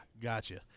gotcha